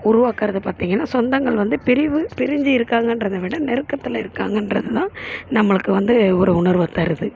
உருவாக்கிறது பார்த்தீங்கனா சொந்தங்கள் வந்து பிரிவு பிரிஞ்சு இருக்காங்கங்றத விட நெருக்கத்தில் இருக்காங்கங்றது தான் நம்மளுக்கு வந்து ஒரு உணர்வை தருது